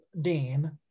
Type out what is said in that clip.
Dean